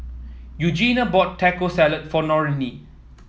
Eugenia bought Taco Salad for Norene